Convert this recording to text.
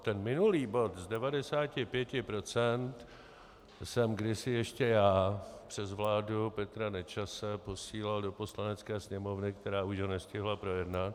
Ten minulý bod z 95 procent jsem kdysi ještě já přes vládu Petra Nečase posílal do Poslanecké sněmovny, která už ho nestihla projednat.